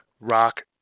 rock